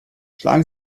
schlagen